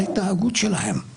לפחות בהצעה שאנחנו מעלים כאן,